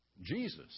Jesus